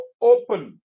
open